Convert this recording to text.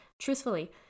Truthfully